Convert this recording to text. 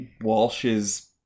Walsh's